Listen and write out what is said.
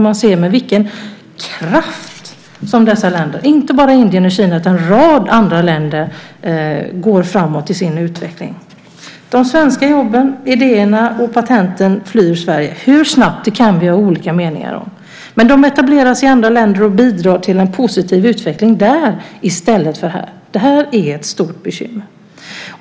Man kunde se med vilken kraft dessa länder, inte bara Indien och Kina utan en rad andra länder, går framåt i sin utveckling. De svenska jobben, idéerna och patenten flyr Sverige. Vi kan ha olika meningar om hur snabbt det sker, men de etableras i andra länder och bidrar till en positiv utveckling där i stället för här. Det är ett stort bekymmer.